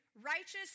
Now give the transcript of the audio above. righteous